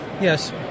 Yes